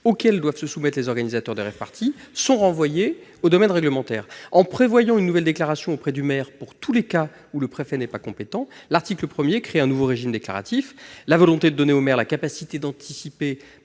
auxquelles doivent se soumettre les organisateurs de rave-parties sont renvoyées au domaine réglementaire. En prévoyant une nouvelle déclaration auprès du maire pour tous les cas où le préfet n'est pas compétent, l'article 1 crée un nouveau régime déclaratif. La volonté de donner aux maires la capacité d'anticiper